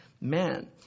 man